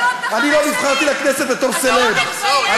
אני לא התחלתי בתוכנית טלוויזיה.